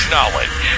Knowledge